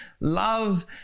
love